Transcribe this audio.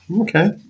Okay